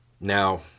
Now